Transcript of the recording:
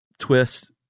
twist